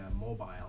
mobile